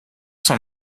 sont